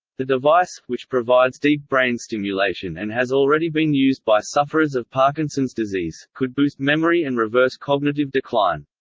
the device, which provides deep brain stimulation and has already been used by sufferers of parkinson's disease, could boost memory and reverse cognitive decline.